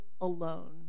alone